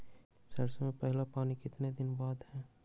सरसों में पहला पानी कितने दिन बाद है?